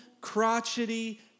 crotchety